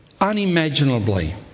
unimaginably